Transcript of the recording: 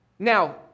Now